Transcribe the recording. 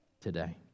today